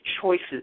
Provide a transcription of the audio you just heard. choices